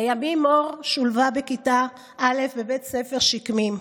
לימים מור שולבה בכיתה א' בבית ספר "שקמים",